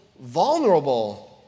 vulnerable